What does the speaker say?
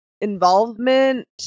involvement